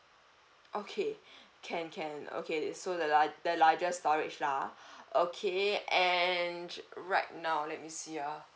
okay can can okay so the lar~ the largest storage lah ha okay and right now let me see ah